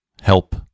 Help